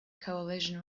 coalition